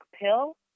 pill